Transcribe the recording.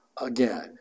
again